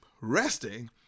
resting